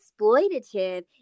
exploitative